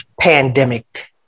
pandemic